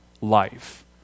life